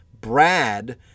Brad